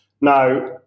Now